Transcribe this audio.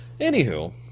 Anywho